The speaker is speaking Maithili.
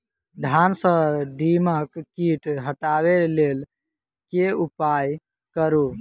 धान सँ दीमक कीट हटाबै लेल केँ उपाय करु?